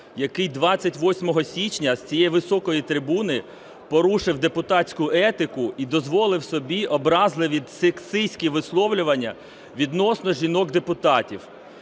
який 28 січня з цієї високої трибуни порушив депутатську етику і дозволив собі образливі сексистські висловлювання відносно жінок-депутатів.